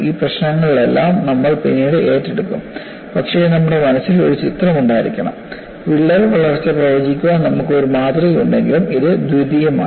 ഈ പ്രശ്നങ്ങളെല്ലാം നമ്മൾ പിന്നീട് ഏറ്റെടുക്കും പക്ഷേ നമ്മുടെ മനസ്സിൽ ഒരു ചിത്രം ഉണ്ടായിരിക്കണം വിള്ളൽ വളർച്ച പ്രവചിക്കാൻ നമുക്ക് ഒരു മാതൃക ഉണ്ടെങ്കിലും ഇത് ദ്വിതീയമാണ്